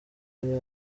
nta